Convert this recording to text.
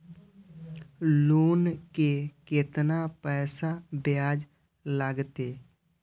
Loan के केतना पैसा ब्याज लागते?